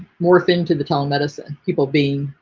morph into the telemedicine people being